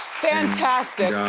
fantastic.